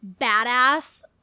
badass